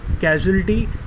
casualty